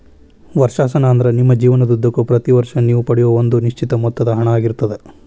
ವರ್ಷಾಶನ ಅಂದ್ರ ನಿಮ್ಮ ಜೇವನದುದ್ದಕ್ಕೂ ಪ್ರತಿ ವರ್ಷ ನೇವು ಪಡೆಯೂ ಒಂದ ನಿಶ್ಚಿತ ಮೊತ್ತದ ಹಣ ಆಗಿರ್ತದ